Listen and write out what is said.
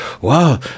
wow